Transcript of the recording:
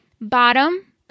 bottom